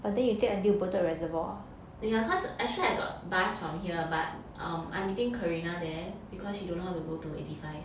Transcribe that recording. ya cause actually I got bus from here but um I'm meeting karina there because she don't know how to go to eighty five